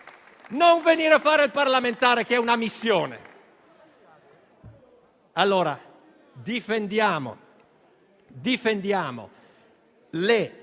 non venire a fare il parlamentare, che è una missione. Difendiamo le